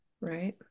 Right